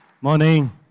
Morning